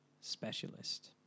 specialist